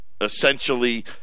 essentially